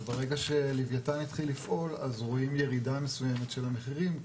ברגע שלוויתן התחיל לפעול אז רואים ירידה מסוימת של המחירים,